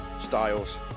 styles